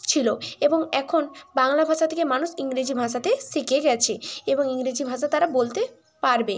ছিল এবং এখন বাংলা ভাষা থেকে মানুষ ইংরেজি ভাষাতে শিখে গিয়েছে এবং ইংরেজি ভাষা তারা বলতে পারবে